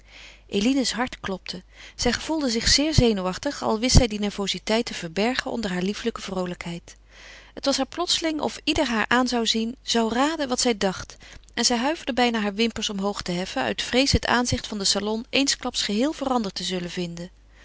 eline's hart klopte zij gevoelde zich zeer zenuwachtig al wist zij die nervoziteit te verbergen onder haar lieflijke vroolijkheid het was haar plotseling of ieder haar aan zou zien zou raden wat zij dacht en zij huiverde bijna haar wimpers omhoog te heffen uit vrees het aanzicht van den salon eensklaps geheel veranderd te zullen vinden